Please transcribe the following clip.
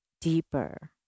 deeper